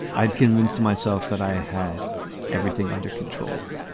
i'd convinced myself that i had everything under control.